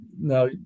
Now